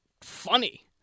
funny